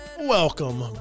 Welcome